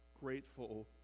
grateful